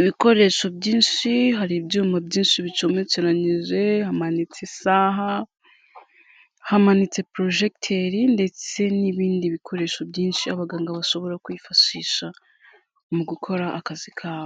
ibikoresho byinshi hari ibyuma byinshi bicometseranyije, hamanitse isaha, hamanitse projecteur ndetse n'ibindi bikoresho byinshi abaganga bashobora kwifashisha mu gukora akazi kabo.